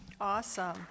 Awesome